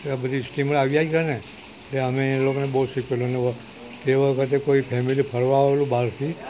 ત્યાં બધી સ્ટીમર આવ્યા જ કરે ને એટલે અમે એ લોકોને બહુ જ શીખવેલું અને તે વખતે કોઈ ફેમેલી ફરવા આવેલું બહારથી